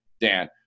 Dan